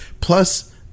plus